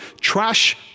trash